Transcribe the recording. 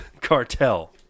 cartel